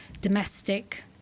domestic